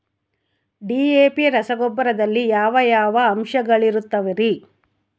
DAP ರಸಗೊಬ್ಬರದಲ್ಲಿ ಯಾವ ಯಾವ ಅಂಶಗಳಿರುತ್ತವರಿ?